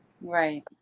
Right